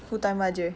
full timer aje